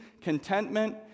contentment